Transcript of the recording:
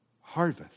harvest